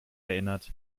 erinnert